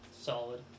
solid